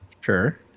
Sure